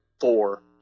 four